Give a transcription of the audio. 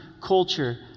culture